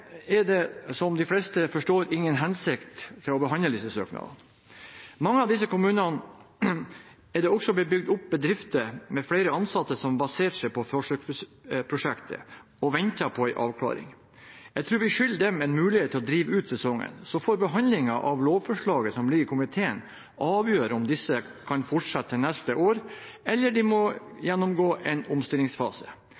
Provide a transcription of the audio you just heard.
har det, som de fleste forstår, ingen hensikt å behandle disse søknadene. I mange av disse kommunene er det blitt bygd opp bedrifter med flere ansatte som baserte seg på forsøksprosjektet og venter på en avklaring. Jeg tror vi skylder dem en mulighet til å drive ut sesongen, så får behandlingen av lovforslaget som ligger i komiteen, avgjøre om disse kan fortsette til neste år, eller om de må gjennomgå en omstillingsfase.